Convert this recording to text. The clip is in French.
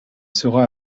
sera